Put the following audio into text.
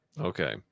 Okay